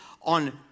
on